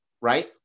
Right